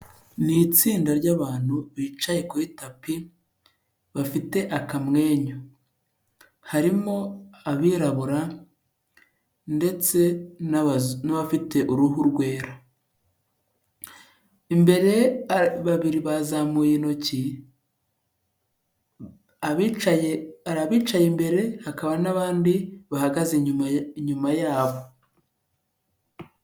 Mu itsinda ry'abantu bicaye kuri tapi bafite akamwenyu ,harimo abirabura ndetse n'abafite uruhu rwera .Imbere babiri bazamuye intoki ,hari abicaye bicaye imbere hakaba n'abandi bahagaze inyuma yabo.